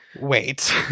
wait